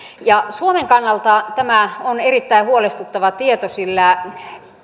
suomen kannalta tämä on erittäin huolestuttava tieto sillä